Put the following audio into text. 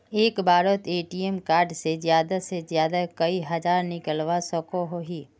एक बारोत ATM card से ज्यादा से ज्यादा कई हजार निकलवा सकोहो ही?